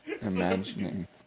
imagining